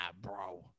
bro